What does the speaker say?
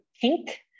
PINK